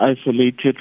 isolated